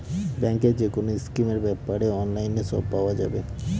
ব্যাঙ্কের যেকোনো স্কিমের ব্যাপারে অনলাইনে সব পাওয়া যাবে